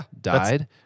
died